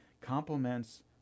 complements